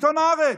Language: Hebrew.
עיתון הארץ.